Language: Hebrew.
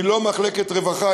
היא לא מחלקת רווחה,